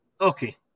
Okay